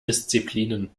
disziplinen